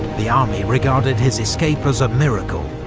the army regarded his escape as a miracle,